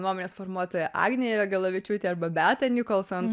nuomonės formuotoja agnė jagelavičiūtė arba beata nikolson